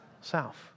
South